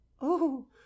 Oh